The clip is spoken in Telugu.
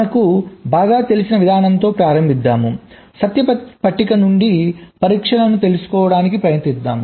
మనకు బాగా తెలిసిన విధానంతో ప్రారంభిద్దాం సత్య పట్టిక నుండి పరీక్షను తెలుసుకోవడానికి ప్రయత్నిద్దాం